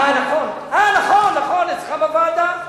אה, נכון, אצלך בוועדה.